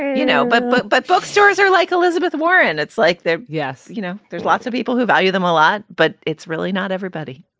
you know but but but bookstores are like elizabeth warren. it's like. yes. you know, there's lots of people who value them a lot. but it's really not everybody